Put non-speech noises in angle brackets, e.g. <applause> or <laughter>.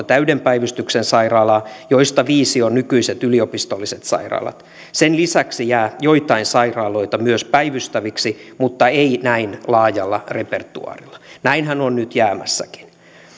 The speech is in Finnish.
<unintelligible> täyden päivystyksen sairaalaa joista viisi on nykyiset yliopistolliset sairaalat sen lisäksi jää joitain sairaaloita myös päivystäviksi mutta ei näin laajalla repertoaarilla näinhän on nyt jäämässäkin